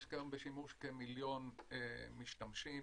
יש כיום כמיליון משתמשים.